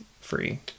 free